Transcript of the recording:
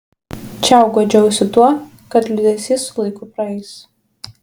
čiau guodžiausi tuo kad liūdesys su laiku praeis